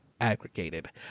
aggregated